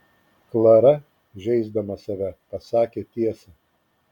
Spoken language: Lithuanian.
klara žeisdama save pasakė tiesą